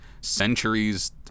centuries